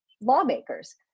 lawmakers